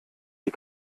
die